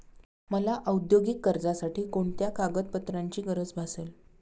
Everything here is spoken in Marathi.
मला औद्योगिक कर्जासाठी कोणत्या कागदपत्रांची गरज भासेल?